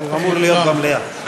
הוא אמור להיות במליאה.